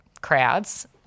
crowds